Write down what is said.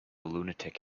lunatic